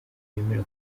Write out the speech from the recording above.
yemera